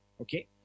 Okay